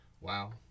Wow